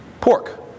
Pork